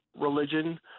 religion